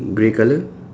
grey colour